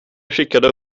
skickade